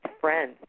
friends